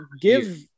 give